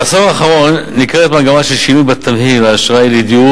בעשור האחרון ניכרת מגמה של שינוי בתמהיל האשראי לדיור